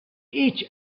each